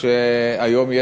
דברי הכנסת חוברת י"ז